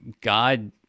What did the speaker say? God